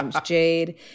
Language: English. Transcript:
Jade